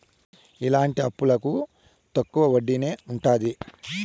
ఇలాంటి అప్పులకు తక్కువ వడ్డీనే ఉంటది